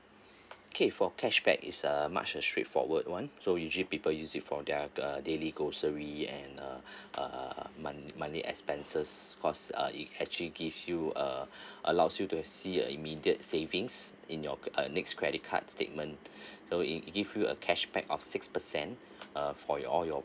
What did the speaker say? okay for cashback is a much a straightforward one so usually people use it for their uh daily grocery and uh uh monthly monthly expenses cause uh it actually gives you uh allows you to see a immediate savings in your ah next credit card statement so it it give you a cashback of six percent uh for your all your